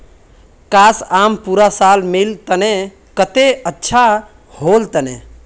काश, आम पूरा साल मिल तने कत्ते अच्छा होल तने